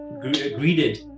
greeted